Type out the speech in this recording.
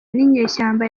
n’inyeshyamba